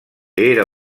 era